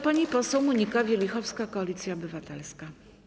Pani poseł Monika Wielichowska, Koalicja Obywatelska.